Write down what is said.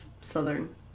Southern